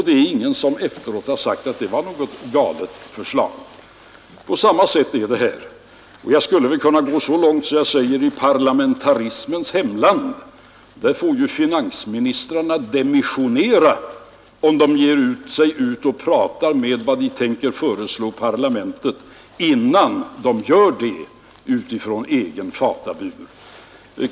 Det är ingen som efteråt har sagt att det var något galet förslag. På samma sätt är det här, och jag skulle kunna gå så långt att jag säger att i parlamentarismens hemland får finansministrarna demissionera om de ger sig ut och pratar om vad de tänker föreslå parlamentet innan de gör det utifrån egen fatabur.